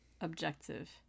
objective